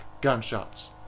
gunshots